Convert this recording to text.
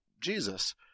Jesus